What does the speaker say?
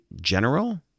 general